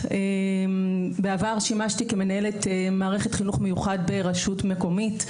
בעבר שימשתי כמנהלת מערכת חינוך מיוחד ברשות מקומית,